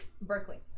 Berkeley